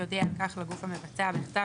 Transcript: יודיע על כך לגוף המבצע בכתב,